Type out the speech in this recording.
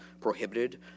prohibited